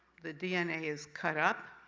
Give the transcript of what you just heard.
the dna is cut up